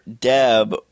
Deb